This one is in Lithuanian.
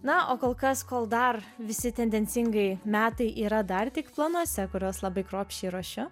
na o kol kas kol dar visi tendencingai metai yra dar tik planuose kuriuos labai kruopščiai ruošiu